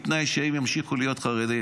בתנאי שהם ימשיכו להיות חרדים.